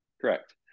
Correct